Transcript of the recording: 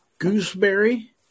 Gooseberry